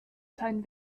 seinen